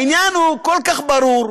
העניין הוא כל כך ברור,